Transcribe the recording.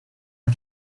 han